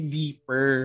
deeper